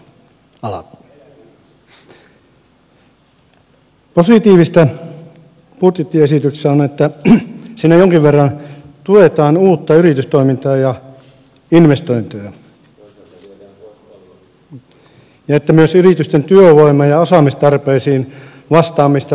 positiivista budjettiesityksessä on että siinä jonkin verran tuetaan uutta yritystoimintaa ja investointeja ja että myös yritysten työvoima ja osaamistarpeisiin vastaamista parannetaan